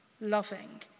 loving